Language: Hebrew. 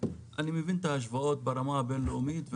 אני מבין את ההשוואות ברמה הבינלאומית.